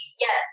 Yes